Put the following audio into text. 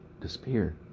disappear